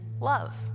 love